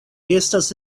estas